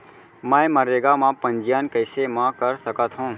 मैं मनरेगा म पंजीयन कैसे म कर सकत हो?